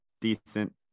decent